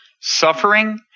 suffering